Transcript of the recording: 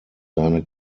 seine